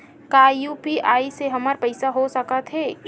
का यू.पी.आई से हमर पईसा हो सकत हे?